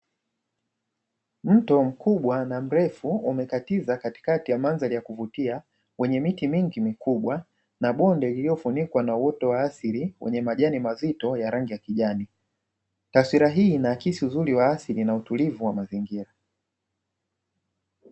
Mto mkubwa na mrefu umekatiza katikati ya mandhari ya kuvutia, wenye miti mingi mikubwa na bonde lililofunikwa na uoto wa asili, wenye majani mazito ya rangi ya kijani. Taswira hii inaakisi uzuri wa asili na utulivu wa mazingira.